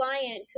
client